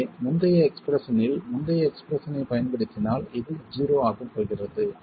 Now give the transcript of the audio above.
எனவே முந்தைய எக்ஸ்ப்ரெஷனில் முந்தைய எக்ஸ்ப்ரெஷனைப் பயன்படுத்தினால் இது 0 ஆகப் போகிறது